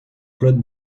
claude